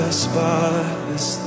spotless